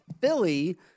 Philly